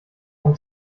vom